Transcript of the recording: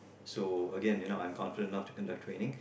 so again you know I'm confident enough to conduct training